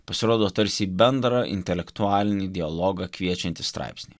pasirodo tarsi į bendrą intelektualinį dialogą kviečiantys straipsniai